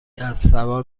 اسبسوار